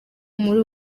muri